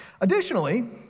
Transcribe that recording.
Additionally